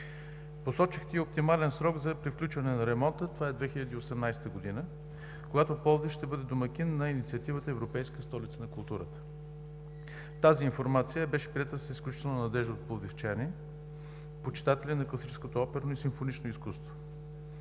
Посочихте и оптимален срок за приключване на ремонта, това е 2018 г., когато Пловдив ще бъде домакин на Инициативата „Европейска столица на културата“. Тази информация беше приета с изключителна надежда от пловдивчани, почитатели на класическото оперно и симфонично изкуство.